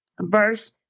Verse